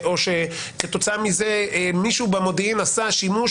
כתוצאה מזה מישהו במודיעין עשה שימוש,